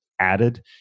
added